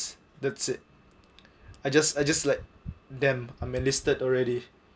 that's it I just I just like damn I'm enlisted already